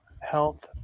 Health